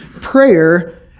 prayer